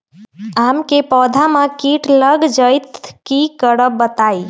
आम क पौधा म कीट लग जई त की करब बताई?